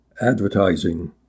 advertising